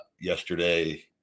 Yesterday